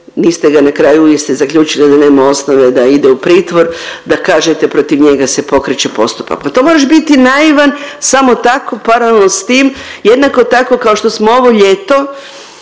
niste ga na kraju vi ste zaključili da nema osnove da ide u pritvor da kažete protiv njega se pokreće postupak. Pa to moraš biti naivan samo tako paralelno s tim jednako tako kao što smo ovo ljeto